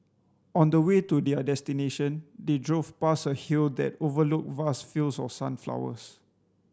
on the way to their destination they drove past a hill that overlooked vast fields of sunflowers